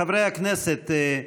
חברי הכנסת,